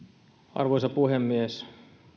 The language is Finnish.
arvoisa puhemies